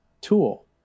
tool